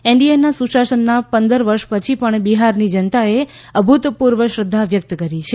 એનડીએના સુશાસનના પંદર વર્ષ પછી પણ બિહારની જનતાએ અભુતપુર્વ શ્રધ્ધા વ્યકત કરી છે